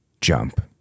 jump